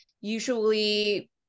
usually